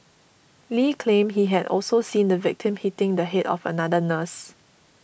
Lee claimed he had also seen the victim hitting the head of another nurse